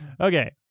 Okay